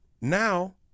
Now